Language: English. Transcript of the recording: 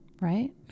right